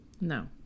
No